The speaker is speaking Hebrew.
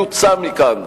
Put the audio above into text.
יוצא מכאן.